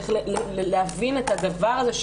איך להבין את הדבר הזה.